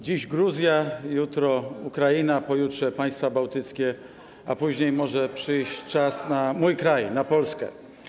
Dziś Gruzja, jutro Ukraina, pojutrze państwa bałtyckie, a później może przyjść czas na mój kraj, na Polskę.